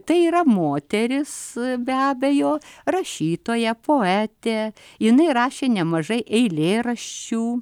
tai yra moteris be abejo rašytoja poetė jinai rašė nemažai eilėraščių